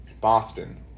Boston